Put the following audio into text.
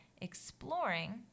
exploring